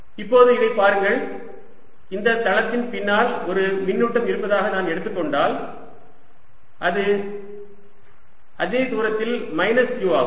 இப்போது இதைப் பாருங்கள் இந்த தளத்தின் பின்னால் ஒரு மின்னூட்டம் இருப்பதாக நான் எடுத்துக்கொண்டால் இது அதே தூரத்தில் மைனஸ் q ஆகும்